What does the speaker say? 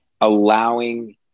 allowing